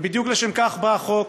בדיוק לשם כך בא החוק.